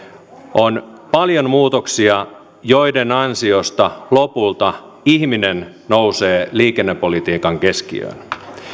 on paljon muutoksia joiden ansiosta lopulta ihminen nousee liikennepolitiikan keskiöön